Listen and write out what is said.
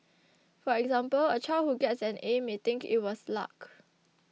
for example a child who gets an A may think it was luck